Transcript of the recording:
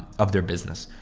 of their business.